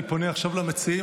אני פונה עכשיו למציעים.